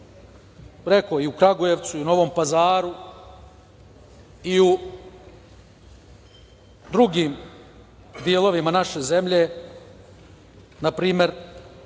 rekoh, i u Kragujevcu i u Novom Pazaru i u drugim delovima naše zemlje, na primer,